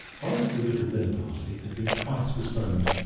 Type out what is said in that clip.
horace's little dinner-party had been twice postponed,